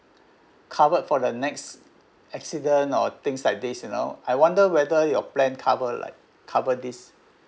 covered for the next accident or things like this you know I wonder whether your plan cover like cover this